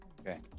Okay